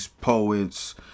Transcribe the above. poets